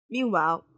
Meanwhile